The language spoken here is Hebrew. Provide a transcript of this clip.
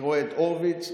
אני רואה את הורוביץ,